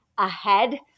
ahead